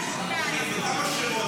תודה.